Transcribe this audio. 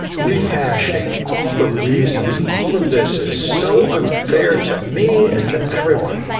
rehashing all the reasons all of this is so unfair to me and to everyone.